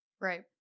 Right